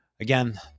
Again